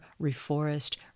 reforest